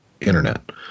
internet